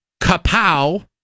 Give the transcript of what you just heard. Kapow